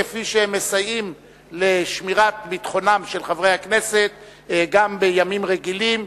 כפי שהם מסייעים לשמירת ביטחונם של חברי הכנסת גם בימים רגילים,